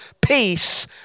peace